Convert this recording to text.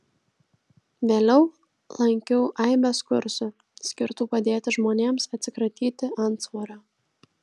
vėliau lankiau aibes kursų skirtų padėti žmonėms atsikratyti antsvorio